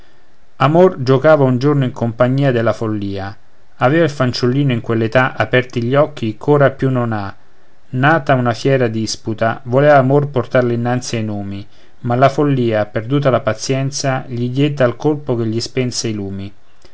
amor giuocava un giorno in compagnia della follia aveva il fanciullino in quell'età aperti gli occhi ch'ora più non ha nata una fiera disputa voleva amor portarla innanzi ai numi ma la follia perduta la pazienza gli die tal colpo che gli spense i lumi